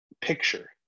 picture